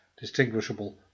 distinguishable